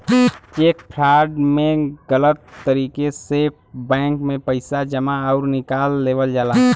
check fraud में गलत तरीके से बैंक में पैसा जमा आउर निकाल लेवल जाला